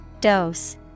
Dose